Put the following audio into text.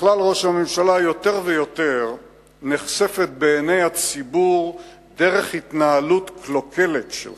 יותר ויותר נחשפת לעיני הציבור דרך ההתנהלות הקלוקלת שלך,